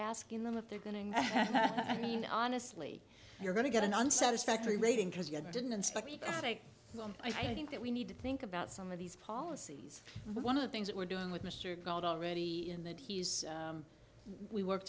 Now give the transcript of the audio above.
asking them if they're going to mean honestly you're going to get an unsatisfactory rating because you didn't speak i think that we need to think about some of these policies one of the things that we're doing with mr called already in that he's we work